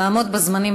לעמוד בזמנים,